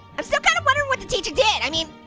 i'm still kind of wondering what the teacher did. i mean,